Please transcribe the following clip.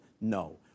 No